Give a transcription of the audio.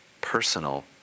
personal